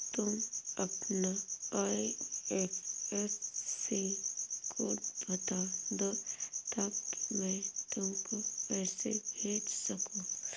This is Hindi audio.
तुम अपना आई.एफ.एस.सी कोड बता दो ताकि मैं तुमको पैसे भेज सकूँ